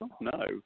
No